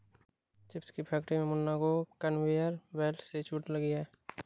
chips की factory में मुन्ना को कन्वेयर बेल्ट से चोट लगी है